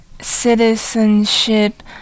citizenship